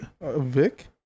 Vic